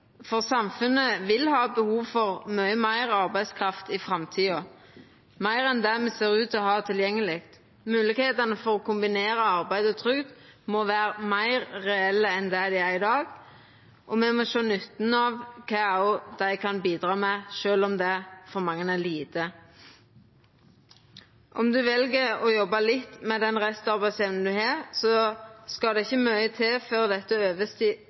for samfunnet vil ha behov for mykje meir arbeidskraft i framtida, meir enn det me ser ut til å ha tilgjengeleg. Moglegheitene for å kombinera arbeid og trygd må vera meir reelle enn det dei er i dag, og me må sjå nytten av kva dei kan bidra med, sjølv om det for mange er lite. Om ein vel å jobba litt med den restarbeidsevna ein har, skal det ikkje mykje til før dette